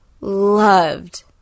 loved